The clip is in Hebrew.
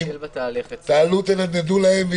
תנדנדו להם,